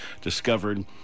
discovered